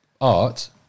Art